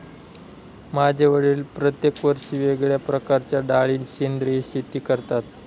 माझे वडील प्रत्येक वर्षी वेगळ्या प्रकारच्या डाळी सेंद्रिय शेती करतात